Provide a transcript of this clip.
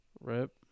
Rip